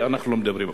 ואנחנו לא מדברים בה.